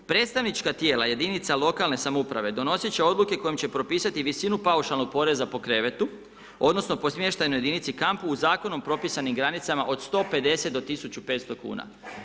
Predstavnička tijela jedinica lokalne samouprave donosit će odluke kojim će propisati visinu paušalnog poreza po krevetu, odnosno po smještajnoj jedinici, kampu u zakonom propisanim granicama od 150 do 1500 kuna.